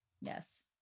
Yes